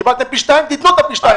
קיבלתם פי שתיים, תנו פי שתיים.